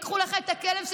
לקחו לך את הכלב,